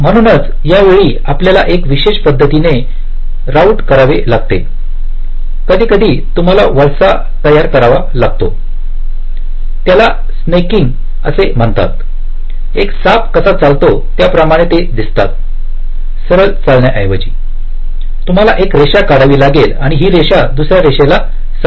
म्हणूनच यामुळे आपल्याला एक विशेष पद्धतीने राऊट करावे लागते कधीकधी तुम्हाला वळसा तयार करावा लागतो त्याला स्नेककिंग असे म्हणतात एक साप कसा चालतो त्याप्रमाणे ते दिसतात सरळ चालण्याऐवजी तुम्हाला एक रेषा काढावी लागेल आणि ही रेषा दुसऱ्या रेषेला समांतर असेल